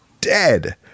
dead